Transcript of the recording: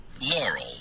Laurel